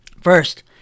First